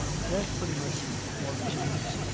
so that is pretty much all the changes.